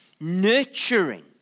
nurturing